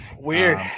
Weird